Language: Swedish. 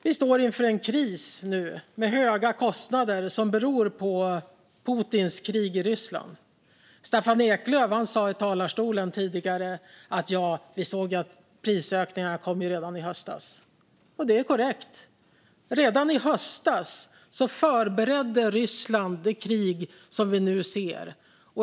Vi står nu inför en kris med höga kostnader som beror på Putins krig i Ukraina. Staffan Eklöf sa i talarstolen tidigare att prisökningarna kom redan i höstas. Det är korrekt. Redan i höstas förberedde Ryssland det krig som vi nu ser.